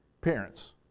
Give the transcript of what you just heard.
Parents